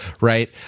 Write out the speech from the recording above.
right